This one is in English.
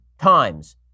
times